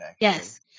Yes